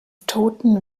toten